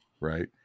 right